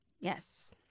Yes